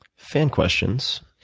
fan questions,